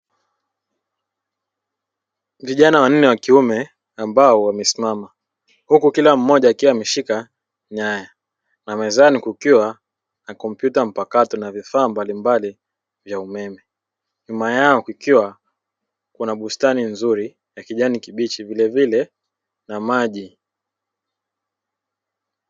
Vijana wanne wa kiume ambao wamesimama huku kila mmoja akiwa ameshika nyaya na mezani kukiwa na kompyuta mpakato na vifaa mbalimbali vya umeme, nyuma yao kuna bustani nzuri ya kijani kibichi vilevile na maji.